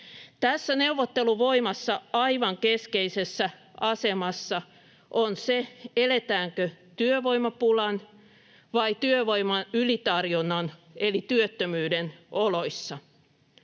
Tässä neuvotteluvoimassa aivan keskeisessä asemassa on se, eletäänkö työvoimapulan vai työvoiman ylitarjonnan eli työttömyyden oloissa.